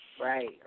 Right